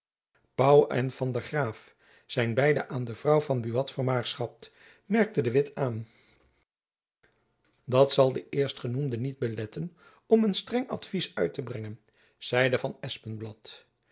pauw en van der graef zijn beide aan de vrouw van buat vermaagschapt merkte de witt aan dat zal den eerstgenoemde niet beletten om een streng advies uit te brengen zeide van